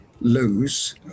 lose